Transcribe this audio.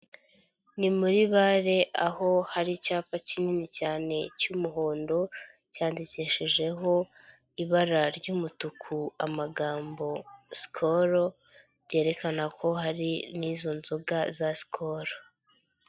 Ni muri bare aho hari icyapa kinini cyane cy'umuhondo, cyandikishijeho ibara ry'umutuku amagambo sikoro, byerekana ko hari n'izo nzoga za sikoro.